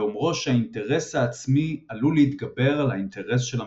באומרו שהאינטרס העצמי עלול להתגבר על האינטרס של המדינה.